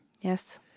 Yes